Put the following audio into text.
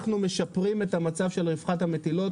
אנחנו משפרים את המצב של רווחת המטילות,